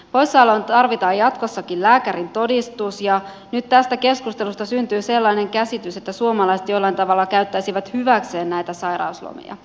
poissaoloon tarvitaan jatkossakin lääkärintodistus ja nyt tästä keskustelusta syntyy sellainen käsitys että suomalaiset jollain tavalla käyttäisivät hyväkseen näitä sairauslomia